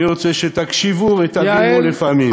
אני רוצה שתקשיבו ותבינו לפעמים.